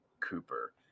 cooper